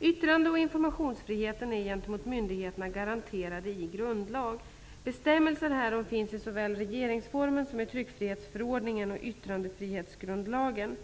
Yttrande och informationsfriheten är gentemot myndigheterna garanterade i grundlag. Bestämmelser härom finns såväl i regeringsformen som i tryckfrihetsförordningen och yttrandefrihetsgrundlagen.